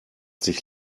sich